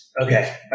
Okay